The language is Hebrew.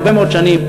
הרבה מאוד שנים,